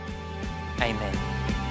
amen